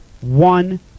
one